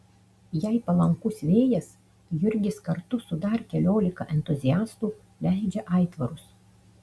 jei palankus vėjas jurgis kartu su dar keliolika entuziastų leidžia aitvarus